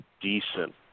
decent